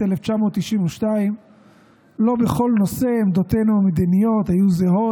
1992. לא בכל נושא עמדותינו המדיניות היו זהות,